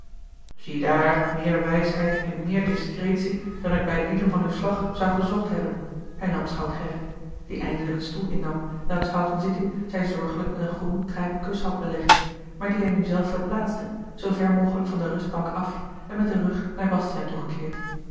ziedaar meer wijsheid en meer discretie dan ik bij lieden van uw slag zou gezocht hebben hernam schout gerrit die eindelijk den stoel innam welks houten zitting zij zorgelijk met een groen trijpen kussen had belegd maar die hij nu zelf verplaatste zoo ver mogelijk van de rustbank af en met den rug naar bastiaan toegekeerd